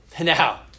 Now